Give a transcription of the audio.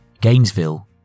Gainesville